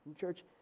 church